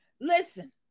Listen